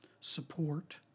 support